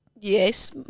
Yes